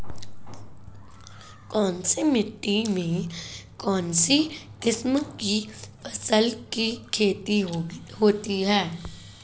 कौनसी मिट्टी में कौनसी किस्म की फसल की खेती होती है?